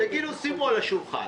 זה כאילו: שימו על השולחן.